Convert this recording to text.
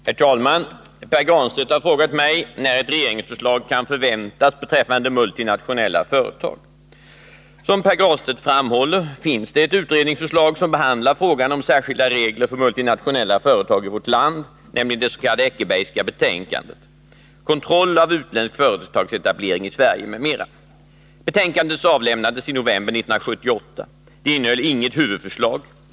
Herr talman! Pär Granstedt har frågat mig när ett regeringsförslag kan förväntas beträffande multinationella företag. Som Pär Granstedt framhåller finns det ett utredningsförslag som behandlar frågan om särskilda regler för multinationella företag i vårt land, nämligen det s.k. Eckerbergska betänkandet Kontroll av utländsk företagsetablering i Sverige m.m. Betänkandet avlämnades i november 1978. Det innehöll inget huvudförslag.